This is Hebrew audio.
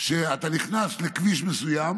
שכשאתה נכנס לכביש מסוים